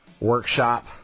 workshop